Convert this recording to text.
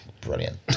Brilliant